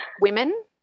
women